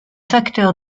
facteur